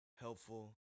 helpful